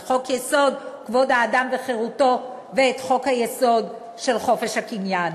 חוק-יסוד: כבוד האדם וחירותו וחוק-יסוד: חופש העיסוק.